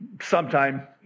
sometime